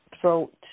throat